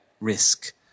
risk